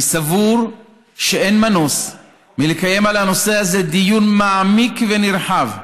אני סבור שאין מנוס מלקיים בנושא הזה דיון מעמיק ונרחב.